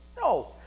No